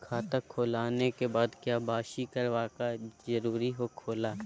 खाता खोल आने के बाद क्या बासी करावे का जरूरी हो खेला?